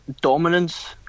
dominance